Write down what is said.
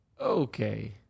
okay